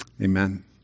amen